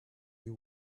you